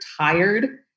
tired